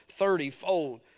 thirtyfold